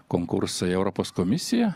konkursą į europos komisiją